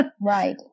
Right